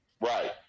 right